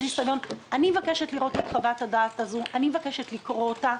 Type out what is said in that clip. אני מבקשת לראות את חוות הדעת הזאת ולקרוא אותה.